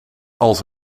als